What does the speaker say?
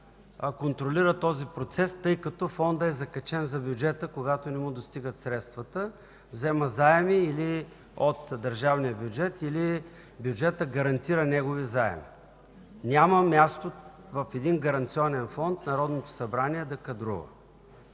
контролира този процес, тъй като Фондът е закачен за бюджета, когато не му достигат средствата – взема заеми от държавния бюджет или бюджетът гарантира негови заеми. Няма място в един гаранционен фонд Народното събрание да кадрува.